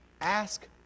ask